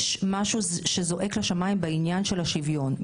יש משהו שזועק לשמים בעניין של השוויון.